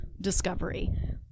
discovery